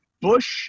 Bush